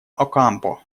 окампо